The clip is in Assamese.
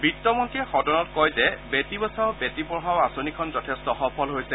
বিত্তমন্তীয়ে সদনত কয় যে বেটী বচাও বেটী পঢ়াও আঁচনিখন যথেষ্ট সফল হৈছে